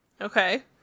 Okay